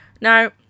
Now